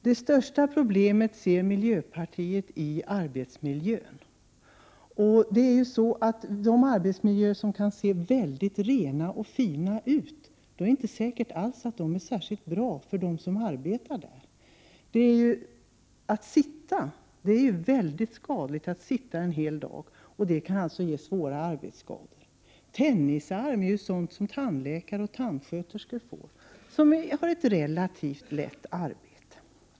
Det största problemet ser miljöpartiet i arbetsmiljön. Det kan vara så att de arbetsmiljöer som ser mycket rena och fina ut inte alls är särskilt bra för dem som arbetar där. Att sitta en hel dag är mycket skadligt, och det kan ge svåra arbetsskador. Tennisarm är något som tandläkare och tandsköterskor får, och de har ett relativt lätt arbete.